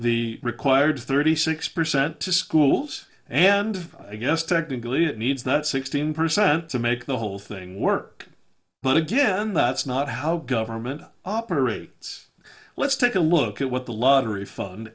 the required thirty six percent to schools and i guess technically it needs not sixteen percent to make the whole thing work but again that's not how government operates let's take a look at what the lottery fun